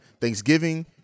Thanksgiving